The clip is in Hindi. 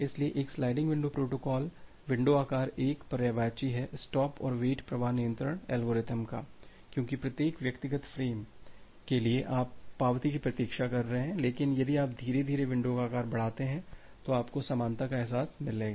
इसलिए एक स्लाइडिंग विंडो प्रोटोकॉल विंडो आकार 1 पर्यायवाची है स्टॉप और वेट प्रवाह नियंत्रण एल्गोरिथ्म का क्योंकि प्रत्येक व्यक्तिगत फ्रेम के लिए आप पावती की प्रतीक्षा कर रहे हैं लेकिन यदि आप धीरे धीरे विंडो का आकार बढ़ाते हैं तो आपको समानता का एहसास मिलेगा